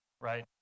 right